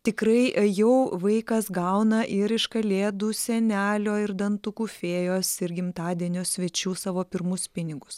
tikrai jau vaikas gauna ir iš kalėdų senelio ir dantukų fėjos ir gimtadienio svečių savo pirmus pinigus